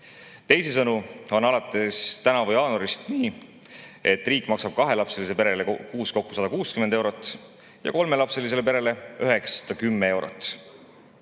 Teisisõnu on alates tänavu jaanuarist nii, et riik maksab kahelapselisele perele kuus kokku 160 eurot, aga kolmelapselisele perele 910 eurot.